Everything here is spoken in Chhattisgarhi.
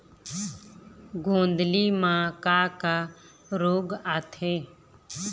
गोंदली म का का रोग आथे?